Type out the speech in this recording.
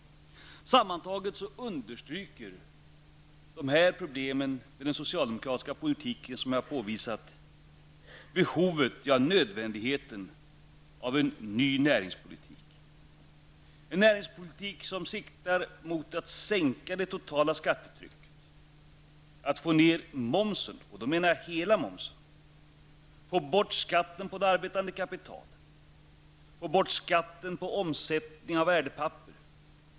Sammantaget understryker de problem med den socialdemokratiska politiken som jag här har påvisat att det behövs -- ja, det är nödvändigt -- en ny näringspolitik. Det handlar då om en näringspolitik som siktar mot en sänkning av det totala skattetrycket. Det gäller alltså att få ned momsen, och då menar jag momsen över huvud taget. Vidare gäller det att få bort skatten beträffande arbetande kapital och omsättning av värdepapper.